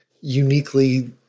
uniquely